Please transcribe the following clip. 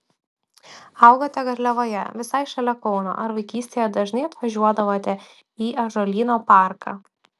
augote garliavoje visai šalia kauno ar vaikystėje dažnai atvažiuodavote į ąžuolyno parką